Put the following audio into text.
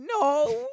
No